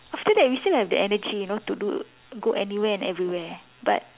after that we still have the energy you know to do go anywhere and everywhere but